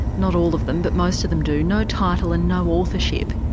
not all of them but most of them do no title and no authorship.